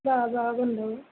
জহা জহা গোন্ধায়